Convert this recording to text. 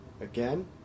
Again